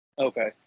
Okay